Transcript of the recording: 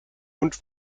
und